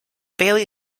baillie